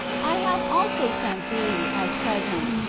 i have also sent thee, as presents,